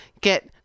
get